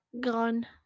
gun